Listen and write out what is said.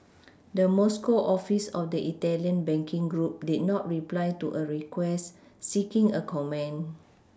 the Moscow office of the italian banking group did not reply to a request seeking a comment